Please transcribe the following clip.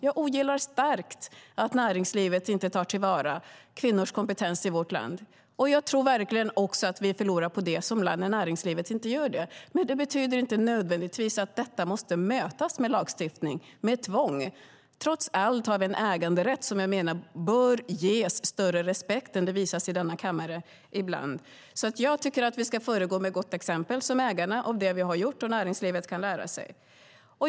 Jag ogillar starkt att näringslivet inte tar till vara kvinnors kompetens i vårt land. Jag tror verkligen också att vi förlorar på att näringslivet inte gör det. Men det betyder inte nödvändigtvis att detta måste mötas med lagstiftning och med tvång. Trots allt har vi en äganderätt som jag menar bör ges större respekt än vad som ibland visas i denna kammare. Jag tycker att vi ska föregå med gott exempel som ägare, som vi har gjort. Näringslivet kan då lära sig.